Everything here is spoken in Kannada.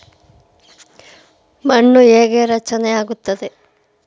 ಮಣ್ಣು ಹೇಗೆ ರಚನೆ ಆಗುತ್ತದೆ?